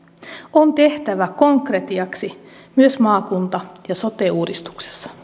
on tehtävä konkretiaksi myös maakunta ja sote uudistuksessa